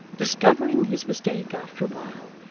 discovering his mistake after a while,